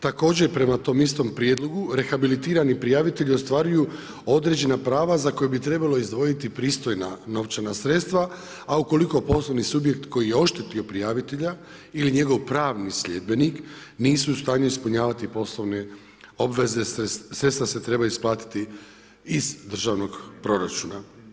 Također prema tom istom prijedlogu rehabilitirani prijavitelji ostvaruju određena prava za koja bi trebalo izdvojiti pristojna novčana sredstva, a ukoliko poslovni subjekt koji je oštetio prijavitelja ili njegov pravni sljedbenik nisu u stanju ispunjavati poslovne obveze, sredstva se trebaju isplatiti iz državnog proračuna.